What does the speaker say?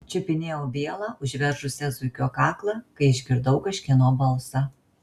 čiupinėjau vielą užveržusią zuikio kaklą kai išgirdau kažkieno balsą